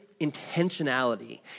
intentionality